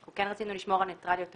כן רצינו לשמור על ניטרליות טכנולוגית.